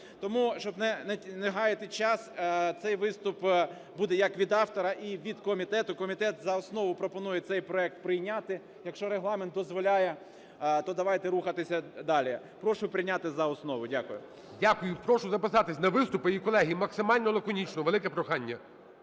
Тому, щоб не гаяти час, цей виступ буде як від автора і від комітету. Комітет за основу пропонує цей проект прийняти. Якщо Регламент дозволяє, то давайте рухатися далі. Прошу прийняти за основу. Дякую. ГОЛОВУЮЧИЙ. Дякую. Прошу записатися на виступи. І, колеги, максимально лаконічно – велике прохання